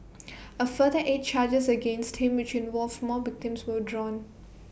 A further eight charges against him which involved more victims were drawn